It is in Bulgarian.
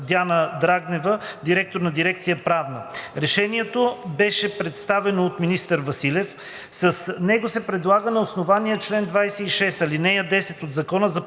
Диана Драгнева – директор на дирекция „Правна“. Решението беше представено от министър Василев. С него се предлага на основание чл. 26, ал. 10 от Закона за